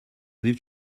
lived